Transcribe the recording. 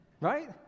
right